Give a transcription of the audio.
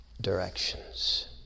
directions